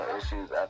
issues